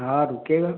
हाँ रुकेगा